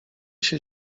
się